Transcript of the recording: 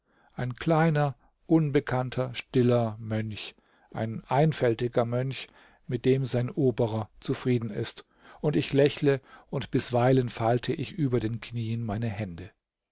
ein kleiner unbekannter stiller mönch ein einfältiger mönch mit dem sein oberer zufrieden ist und ich lächle und bisweilen falte ich über den knien meine hände